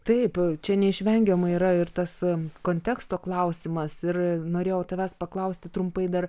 taip čia neišvengiamai yra ir tas konteksto klausimas ir norėjau tavęs paklausti trumpai dar